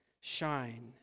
shine